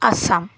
Assam